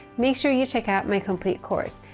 make sure you check out my complete course.